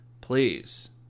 please